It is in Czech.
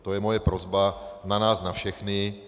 To je moje prosba na nás na všechny.